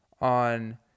on